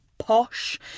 posh